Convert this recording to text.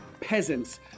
peasants